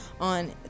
on